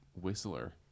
whistler